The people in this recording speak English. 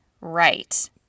Right